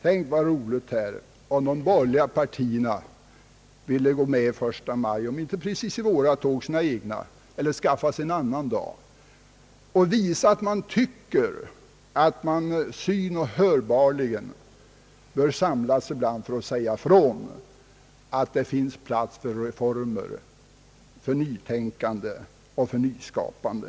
Tänk, så roligt det vore, om de borgerliga partierna ville gå med 1 maj — om inte i våra tåg så i egna — eller skaffa sig en annan dag och visa sin vilja att samlas ibland för att synoch hörbarligen säga ifrån att det jämt och ständigt finns plats för reformer, nytänkande och nyskapande!